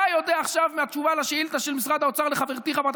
אתה יודע עכשיו מהתשובה על השאילתה של משרד האוצר לחברתי חברת